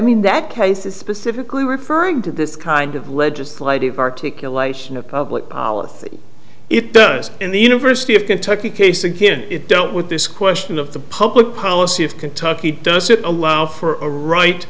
mean that case is specifically referring to this kind of legislative articulation of public policy it does in the university of kentucky case again don't with this question of the public policy of kentucky does it allow for a right